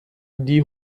die